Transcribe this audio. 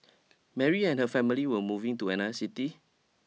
Mary and her family were moving to another city